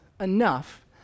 enough